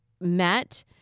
met